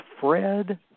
Fred